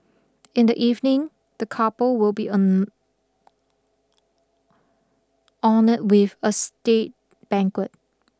in the evening the couple will be honoured with a state banquet